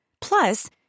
Plus